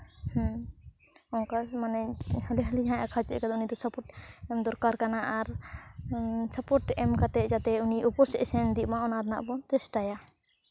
ᱦᱮᱸ ᱚᱱᱠᱟ ᱢᱟᱱᱮ ᱦᱟᱹᱞᱤ ᱦᱟᱹᱞᱤ ᱡᱟᱦᱟᱸᱭ ᱟᱸᱠᱟᱣ ᱪᱮᱫ ᱠᱟᱫᱟᱭ ᱩᱱᱤ ᱫᱚ ᱥᱟᱯᱳᱨᱴ ᱮᱢ ᱫᱚᱨᱠᱟᱨ ᱠᱟᱱᱟ ᱟᱨ ᱥᱟᱯᱳᱨᱴ ᱮᱢ ᱠᱟᱛᱮ ᱡᱟᱛᱮ ᱩᱱᱤ ᱩᱯᱚᱨ ᱥᱮᱫ ᱥᱮ ᱤᱫᱤᱜ ᱢᱟ ᱚᱱᱟ ᱨᱮᱱᱟᱜ ᱵᱚᱱ ᱪᱮᱥᱴᱟᱭᱟ